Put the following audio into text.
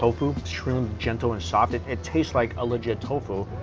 tofu, extremely gentle and soft. it it tastes like a legit tofu